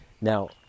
Now